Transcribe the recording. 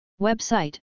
Website